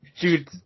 Dude